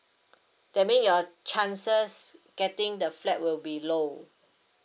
that mean your chances getting the flat will be low